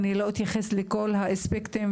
אני לא אתייחס לכל האספקטים,